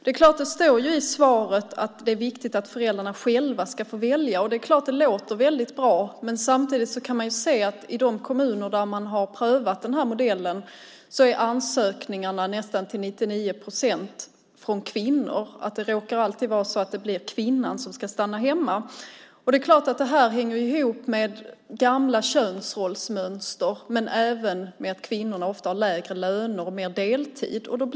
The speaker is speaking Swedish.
Det står i svaret att det är viktigt att föräldrarna själva får välja. Det låter väldigt bra, men man kan samtidigt se att i de kommuner där man har prövat den modellen är ansökningarna till 99 procent från kvinnor. Det råkar alltid vara kvinnan som ska stanna hemma. Det hänger naturligtvis ihop med gamla könsrollsmönster, men också med att kvinnor ofta har lägre lön och mer deltid.